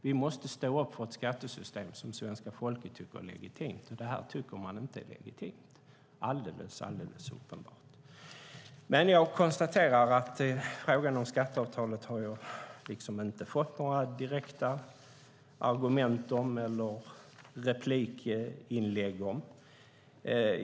Vi måste stå upp för ett skattesystem som svenska folket tycker är legitimt, och det här tycker man alldeles uppenbart inte är legitimt. Jag konstaterar att i frågan om skatteavtalet har jag inte fått några direkta argument eller replikinlägg.